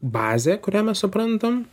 bazė kurią mes suprantam